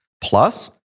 Plus